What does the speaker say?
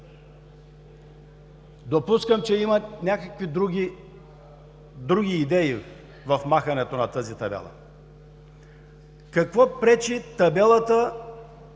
допускам, че има някакви други идеи в махането на тази табела. Какво пречи табелата,